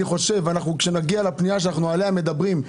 אני חושב שכאשר נגיע לפנייה עליה אנחנו מדברים,